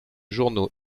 journaux